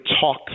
talk